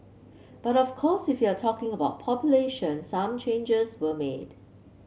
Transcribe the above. but of course if you're talking about population some changes were made